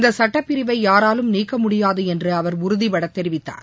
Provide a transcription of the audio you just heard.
இந்த சுட்டப் பிரிவை யாராலும் நீக்க முடியாது என்று அவர் உறுதிபட தெரிவித்தார்